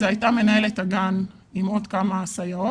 הייתה מנהלת הגן עם עוד כמה סייעות.